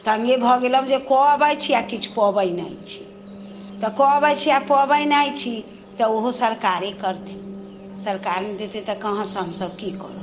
तङ्गे भऽ गेलहुँ जे कऽ अबै छी आओर किछु पबै नहि छी तऽ कऽ अबै छी आओर पबै नहि छी तऽ ओहो सरकारे करथिन सरकार नहि देतै तऽ कहाँसँ हमसब की करब